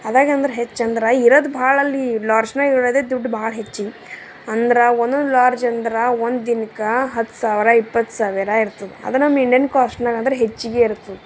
ಆದಾಗಂದ್ರೆ ಹೆಚ್ಚಂದ್ರೆ ಇರೋದು ಭಾಳಲ್ಲಿ ಲಾಡ್ಜ್ನಾಗ ಇರೋದೆ ದುಡ್ಡು ಭಾಳ ಹೆಚ್ಚಿ ಅಂದ್ರೆ ಒಂದೊಂದು ಲಾಡ್ಜ್ ಅಂದ್ರೆ ಒಂದು ದಿನಕ್ಕ ಹತ್ತು ಸಾವಿರ ಇಪ್ಪತ್ತು ಸಾವಿರ ಇರ್ತದ ಅದು ನಮ್ಮ ಇಂಡಿಯನ್ ಕಾಷ್ಟ್ನಾಗ ಅಂದ್ರೆ ಹೆಚ್ಚಿಗೆ ಇರ್ತದೆ